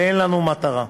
ואין לנו מטרה,